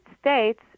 States